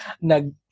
nag